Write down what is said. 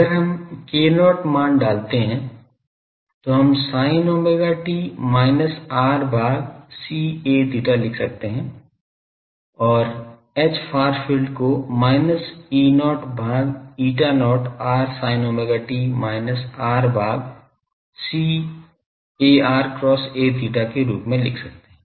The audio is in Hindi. अगर हम k0 मान डालते हैं तो हम sin omega t minus r भाग c aθ लिख सकते हैं और Hfar field को minus E0 भाग eta not r sin omega t minus r भाग c ar cross aθ के रूप में लिख सकते हैं